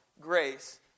grace